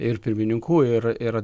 ir pirmininkų ir ir